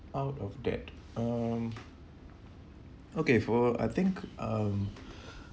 out of that um okay for I think um